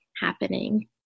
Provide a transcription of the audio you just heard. happening